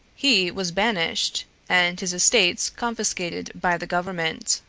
he was banished and his estates confiscated by the government.